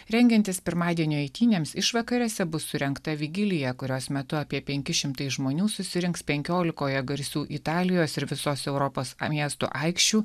rengiantis pirmadienio eitynėms išvakarėse bus surengta vigilija kurios metu apie penki šimtai žmonių susirinks penkiolikoje garsių italijos ir visos europos miestų aikščių